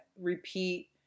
repeat